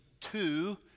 two